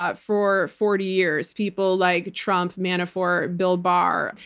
but for forty years. people like trump, manafort, bill barr.